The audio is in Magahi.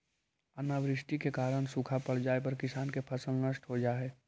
अनावृष्टि के कारण सूखा पड़ जाए पर किसान के फसल नष्ट हो जा हइ